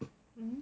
mmhmm